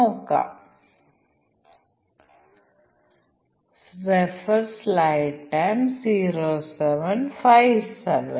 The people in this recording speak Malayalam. നമുക്കും ഈ രൂപത്തിൽ എഴുതാം a b പ്ലസ് സിയിൽ കുറവാണ് b ഒരു പ്ലസ് സിയിൽ കുറവാണ് കൂടാതെ c എന്നത് ഒരു പ്ലസ് ബിയിൽ കുറവാണ്